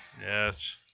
Yes